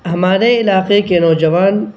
ہمارے علاقے کے نوجوان